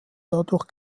dadurch